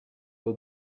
will